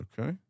Okay